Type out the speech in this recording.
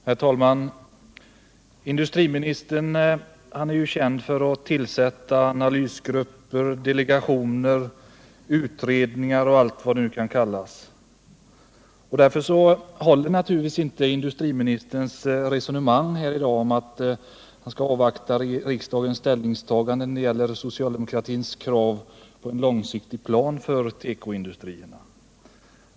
Herr talman! Industriministern är ju känd för att tillsätta analysgrupper, delegationer, utredningar och allt vad det kan kallas. Därför håller naturligtvis inte industriministerns resonemang i dag om att han skall avvakta riksdagens ställningstagande när det gäller socialdemokratins krav på en långsiktig plan för tekoindustrin.